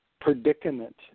predicament